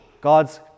God's